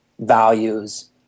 values